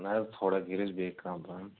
نہَ حظ تھوڑا کٔرہوٗس بیٚیہِ کَم پہم